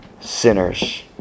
sinners